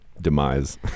demise